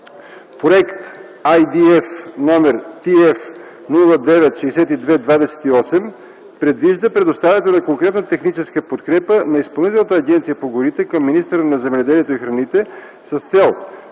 Проект IDF № TF-096228 предвижда предоставянето на конкретна техническа подкрепа на Изпълнителната агенция по горите към министъра на земеделието и храните с цел: